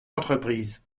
entreprises